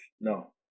No